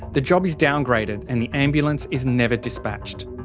the job is downgraded and the ambulance is never dispatched.